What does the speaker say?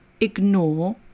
ignore